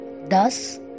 thus